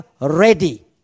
ready